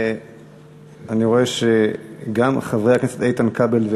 אני רואה שגם חברי הכנסת איתן כבל,